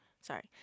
Sorry